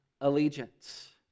allegiance